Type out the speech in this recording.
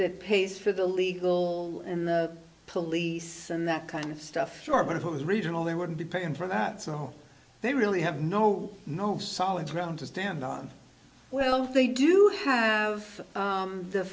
that pays for the legal and the police and that kind of stuff sure but it was regional they wouldn't be paying for that so they really have no no solid ground to stand on well they do have